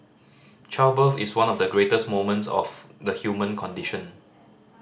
childbirth is one of the greatest moments of the human condition